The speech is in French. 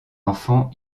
enfant